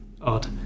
odd